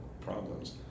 problems